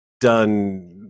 done